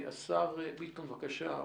השר ביטון, בבקשה.